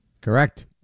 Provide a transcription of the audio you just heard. Correct